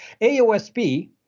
AOSP